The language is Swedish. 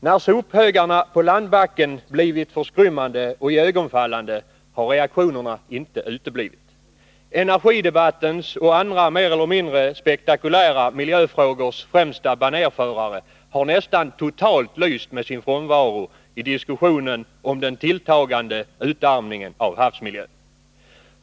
När sophögarna på landbacken blivit för skrymmande och iögonenfallande har reaktionerna inte uteblivit. Men energidebattens och andra mer eller mindre spektakulära miljöfrågors främsta banérförare har nästan totalt lyst med sin frånvaro i diskussionen om den tilltagande utarmningen av havsmiljön.